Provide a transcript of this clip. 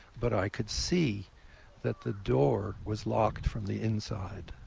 but i could see that the door was locked from the inside.